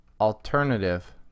alternative